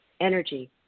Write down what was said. energy